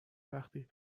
وقتی